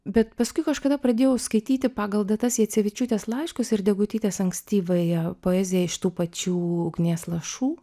bet paskui kažkada pradėjau skaityti pagal datas jacevičiūtės laiškus ir degutytės ankstyvąją poeziją iš tų pačių ugnies lašų